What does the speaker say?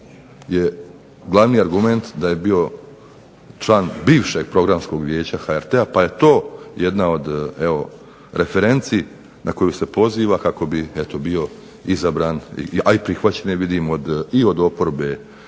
je glavni argument da je bio član bivšeg Programskog vijeća HRT-a pa je to jedna od evo referenci na koju se poziva kako bi eto bio izabran, a i prihvaćen vidim i od oporbe,